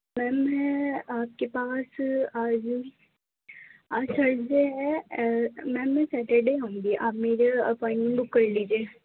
میم میں آپ کے پاس آج آج تھرزڈے ہے میم میں سٹرڈے آؤں گی آپ میرے اپاؤنٹمینٹ بک کر لیجئے